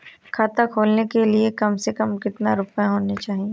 खाता खोलने के लिए कम से कम कितना रूपए होने चाहिए?